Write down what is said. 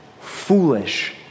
foolish